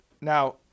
Now